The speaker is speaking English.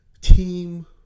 team